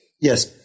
Yes